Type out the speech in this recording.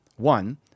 One